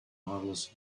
models